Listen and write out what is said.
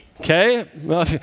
okay